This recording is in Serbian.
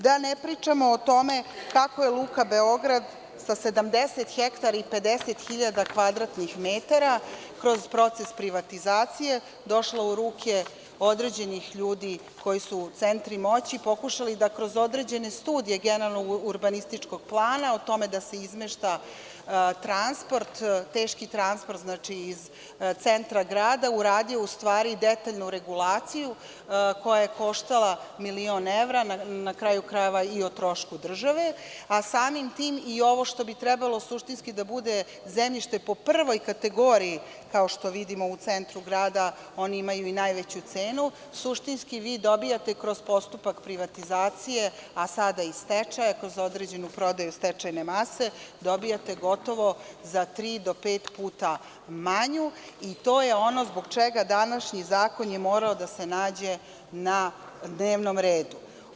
Da ne pričamo o tome kako je „Luka Beograd“ sa 70 hektara i 50.000 kvadratnih metara kroz proces privatizacije došla u ruke određenih ljudi koji su u centru moći i koji su pokušali da kroz određene studije Generalnog urbanističkog plana o tome da se izmešta transport teški iz centra grada uradio u stvari detaljnu regulaciju koja je koštala milion evra, na kraju krajeva, i o trošku države, a samim tim i ovo što bi trebalo suštinski da bude zemljište po prvoj kategoriji, kao što vidimo, u centru grada, oni imaju i najveću cenu, suštinski dobijate kroz postupak privatizacije, a sada i stečaja kroz određenu prodaju stečajne mase dobijate gotovo za tri do pet puta manju i to je ono zbog čega današnji zakon mora da se nađe na dnevnom redu.